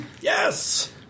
Yes